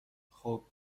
خوب